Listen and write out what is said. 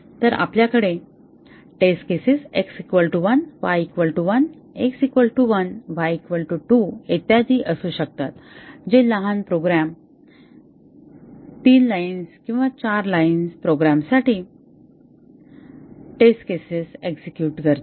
तर आपल्याकडे test cases x1 y1 x 1 y 2 इत्यादी असू शकतात जे लहान प्रोग्राम 3 लाईन्स किंवा 4 लाईन्स प्रोग्रामसाठी टेस्ट केसेस एक्झेक्युट करतील